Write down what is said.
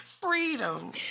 Freedom